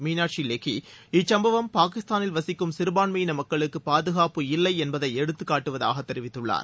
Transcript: மீனாட்சி லேக்கி இச்சுப்பவம் பாகிஸ்தானில் வசிக்கும் சிறபான்மையின மக்களுக்கு பாதுகாப்பு இல்லை என்பதை எடுத்துக் காட்டுவதாக தெரிவித்துள்ளார்